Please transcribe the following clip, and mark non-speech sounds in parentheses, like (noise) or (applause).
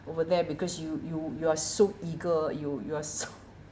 over there because you you you are so eager you you are so (laughs)